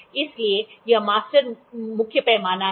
इसलिए यह मास्टर मुख्य पैमाना है